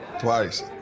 Twice